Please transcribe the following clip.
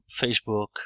Facebook